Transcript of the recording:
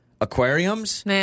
aquariums